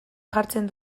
jartzen